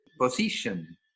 position